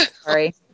Sorry